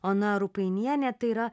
ona rupainienė tai yra